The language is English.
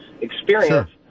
experience